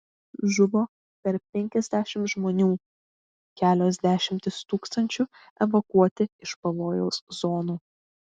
žuvo per penkiasdešimt žmonių kelios dešimtys tūkstančių evakuoti iš pavojaus zonų